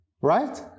Right